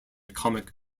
comic